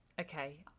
okay